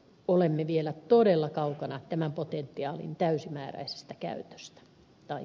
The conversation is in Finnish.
olemme vielä todella kaukana tämän potentiaalin täysimääräisestä käyttöönotosta